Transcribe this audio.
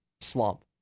slump